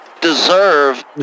deserve